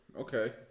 Okay